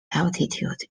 altitude